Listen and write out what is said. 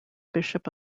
bishop